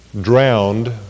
drowned